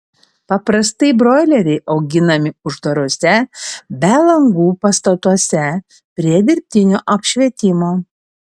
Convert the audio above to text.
paprastai broileriai auginami uždaruose be langų pastatuose prie dirbtinio apšvietimo